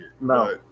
no